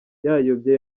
yayobye